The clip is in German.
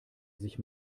sich